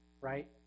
right